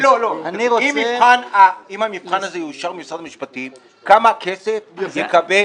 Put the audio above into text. אם המבחן הזה יאושר במשרד המשפטים, כמה כסף יקבל